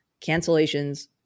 cancellations